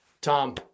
Tom